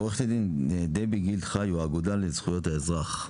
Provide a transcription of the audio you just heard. עורכת דין, דבי גילד חיו האגודה לזכויות האזרח.